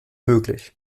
möglich